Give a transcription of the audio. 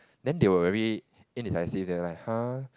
then they were very indecisive they are like !huh!